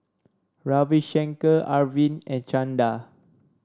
Ravi Shankar Arvind and Chanda